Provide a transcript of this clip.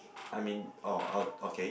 I mean orh uh okay